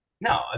No